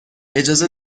اجازه